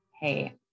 hey